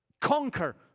conquer